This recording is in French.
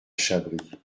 chabris